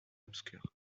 obscur